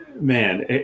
man